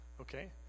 Okay